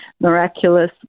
miraculous